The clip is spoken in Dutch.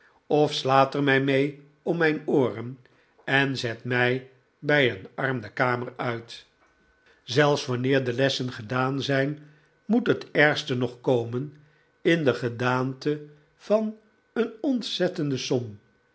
of slaat er mij mee om mijn ooren en zet mij bij een arm de kamer uit zelfs wanneer de lessen gedaan zijn moet het ergste nog komen in de gedaante van een ontzettende som